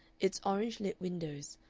its orange-lit windows,